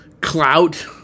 clout